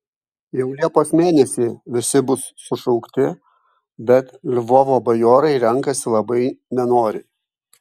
jau liepos mėnesį visi bus sušaukti bet lvovo bajorai renkasi labai nenoriai